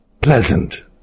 pleasant